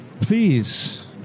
Please